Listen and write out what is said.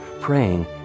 praying